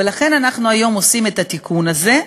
ולכן אנחנו היום עושים את התיקון הזה,